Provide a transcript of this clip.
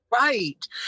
Right